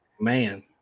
man